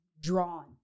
drawn